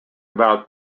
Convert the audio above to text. about